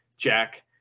Jack